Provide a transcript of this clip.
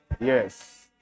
Yes